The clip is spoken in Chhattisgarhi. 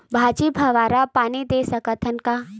भाजी फवारा पानी दे सकथन का?